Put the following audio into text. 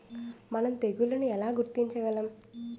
మనం తెగుళ్లను ఎలా గుర్తించగలం?